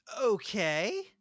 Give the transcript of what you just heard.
Okay